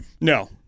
No